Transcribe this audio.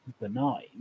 benign